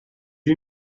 you